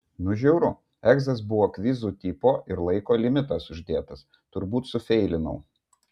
nu žiauru egzas buvo kvizų tipo ir laiko limitas uždėtas turbūt sufeilinau